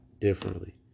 differently